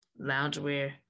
loungewear